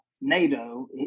NATO